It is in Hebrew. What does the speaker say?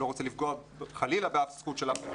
אני לא רוצה חלילה לפגוע בזכות כלשהי.